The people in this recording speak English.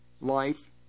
life